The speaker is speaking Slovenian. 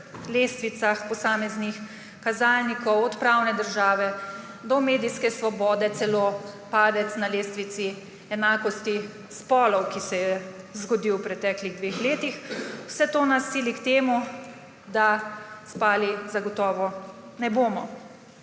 lestvicah posameznih kazalnikov od pravne države do medijske svobode, celo padec na lestvici enakosti spolov, ki se je zgodil v preteklih dveh letih. Vse to nas sili k temu, da spali zagotovo ne bomo.